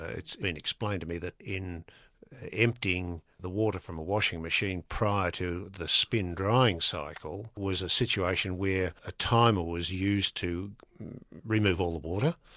it's been explained to me that in emptying the water from a washing machine prior to the spin-drying cycle, was situation where a timer was used to remove all the water,